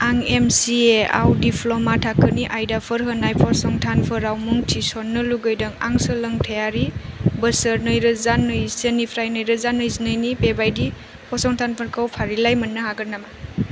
आं एमचिएआव दिप्ल'मा थाखोनि आयदाफोर होनाय फसंथानफोराव मुं थिसन्नो लुगैदों आं सोलोंथायारि बोसोर नैरोजा नैजिसेनिफ्राय नैरोजा नैजिनैनि नि बेबायदि फसंथानफोरखौ फारिलाइ मोन्नो हागोन नामा